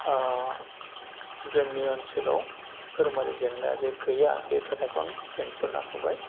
जोंनि ओनसोलाव धोरोमारि जेंनाया जे गैया बे खोथाखौ आं खेंफोरना होबाय